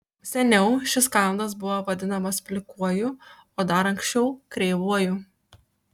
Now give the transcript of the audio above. seniau šis kalnas buvo vadinamas plikuoju o dar anksčiau kreivuoju